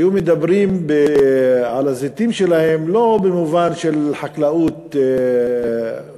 היו מדברים על הזיתים שלהם לא במובן של חקלאות רגילה,